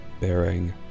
bearing